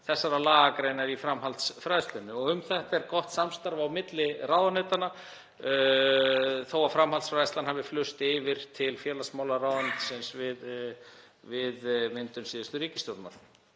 þessarar lagagreinar í framhaldsfræðslunni og um þetta er gott samstarf á milli ráðuneytanna þótt framhaldsfræðslan hafi flust yfir til félagsmálaráðuneytisins við myndun síðustu ríkisstjórnar.